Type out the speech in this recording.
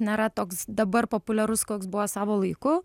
nėra toks dabar populiarus koks buvo savo laiku